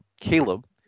Caleb